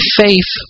faith